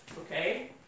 okay